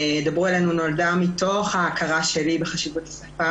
"דברו אלינו" נולדה מתוך ההכרה שלי בחשיבות השפה